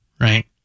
right